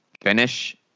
finish